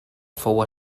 fou